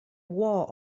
war